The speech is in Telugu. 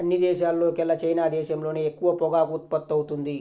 అన్ని దేశాల్లోకెల్లా చైనా దేశంలోనే ఎక్కువ పొగాకు ఉత్పత్తవుతుంది